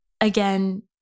again